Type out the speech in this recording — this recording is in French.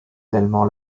tellement